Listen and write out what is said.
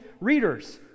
readers